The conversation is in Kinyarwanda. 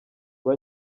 rwa